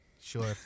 Sure